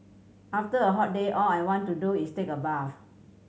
after a hot day all I want to do is take a bath